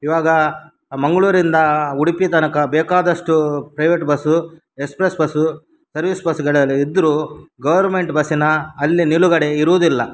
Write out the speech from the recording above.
ಇವಾಗ ಮಂಗಳೂರಿಂದ ಉಡುಪಿ ತನಕ ಬೇಕಾದಷ್ಟು private bus express bus service ಬಸ್ಗಳೆಲ್ಲ ಇದ್ದರೂ ಗೌರ್ಮೆಂಟ್ ಬಸ್ಸಿನ ಅಲ್ಲಿ ನಿಲುಗಡೆ ಇರುವುದಿಲ್ಲ